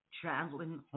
Traveling